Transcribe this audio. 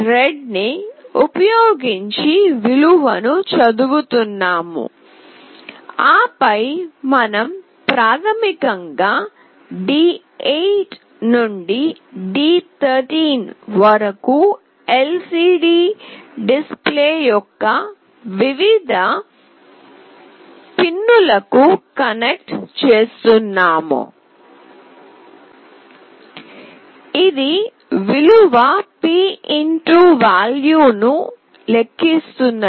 red ని ఉపయోగించి విలువను చదువుతున్నాము ఆపై మనం ప్రాథమికంగా D8 నుండి D13 వరకు LCD డిస్ప్లే యొక్క వివిధ పిన్లకు కనెక్ట్ చేస్తున్నాము ఇది విలువ p val ను లెక్కిస్తుంది